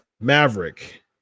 maverick